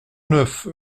neuf